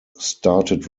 started